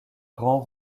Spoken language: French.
grand